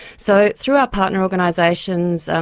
so it's through our partner organisations, and